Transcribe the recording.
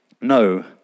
no